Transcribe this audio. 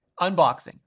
unboxing